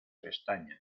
pestañas